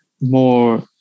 more